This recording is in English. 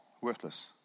Worthless